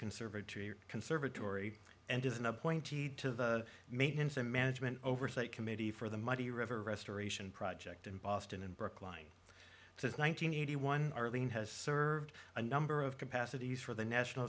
conservatory conservatory and is an appointee to the maintenance and management oversight committee for the mighty river restoration project in boston in brookline since one nine hundred eighty one arlene has served a number of capacities for the national